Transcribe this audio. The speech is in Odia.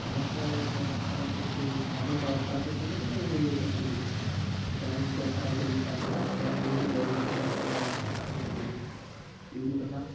କ୍ୟାମେରା ତ ଖରାପ ହେଇଯାଇଛି ଆପଣ କ ଖରାପ କରିଛନ୍ତି ନା ଇଏ ହେଇଯାଇଛିି ଅଟୋମେଟିକ୍ ହେ ଭାଇ ମୁଁ କାଇଁ ଖରାପ କରିବି କାଲି କ୍ୟାମେରା ନେଇକି ଯାଇିଥିଲି ଦେଢ଼ଲକ୍ଷ ଟଙ୍କାର କ୍ୟାମେରା ମୁଁ ଖରାପ କରିଦେବି ଏ କି କଥା